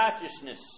righteousness